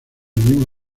mismo